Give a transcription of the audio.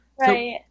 right